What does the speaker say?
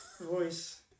voice